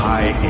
High